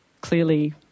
clearly